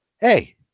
Hey